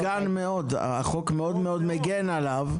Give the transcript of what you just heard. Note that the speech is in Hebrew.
אבל הוא מוגן מאוד, החוק מאוד מאוד מגן עליו.